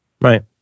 Right